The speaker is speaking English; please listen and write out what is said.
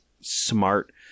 smart